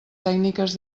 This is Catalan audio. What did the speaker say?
tècniques